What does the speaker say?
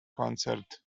concert